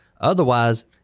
Otherwise